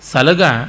Salaga